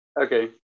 okay